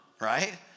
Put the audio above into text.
right